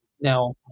now